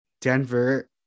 Denver